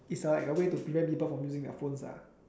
is like a way to prevent people from using their phones ah